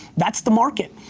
that's the market.